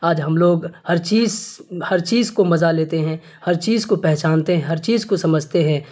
آج ہم لوگ ہر چیز ہر چیز کو مزہ لیتے ہیں ہر چیز کو پہچانتے ہیں ہر چیز کو سمجھتے ہیں